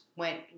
went